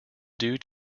due